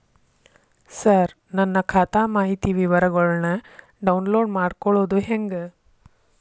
ಸರ ನನ್ನ ಖಾತಾ ಮಾಹಿತಿ ವಿವರಗೊಳ್ನ, ಡೌನ್ಲೋಡ್ ಮಾಡ್ಕೊಳೋದು ಹೆಂಗ?